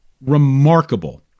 remarkable